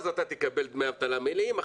אתה תקבל דמי אבטלה מלאים,